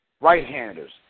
right-handers